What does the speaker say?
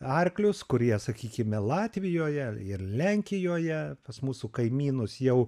arklius kurie sakykime latvijoje ir lenkijoje pas mūsų kaimynus jau